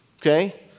okay